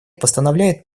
постановляет